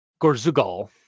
Gorzugal